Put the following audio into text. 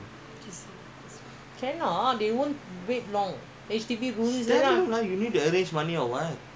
இன்னி:inni phase two முடிஞ்சு:mudinchu advertise பண்ணஆரம்பிச்சிருக்காங்க:panna aarambichirukkanka